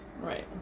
Right